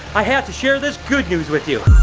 i had to share this good news with you.